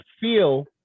feel